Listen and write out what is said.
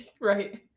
Right